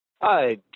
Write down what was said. Hi